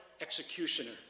executioner